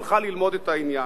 הלכה ללמוד את העניין.